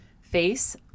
face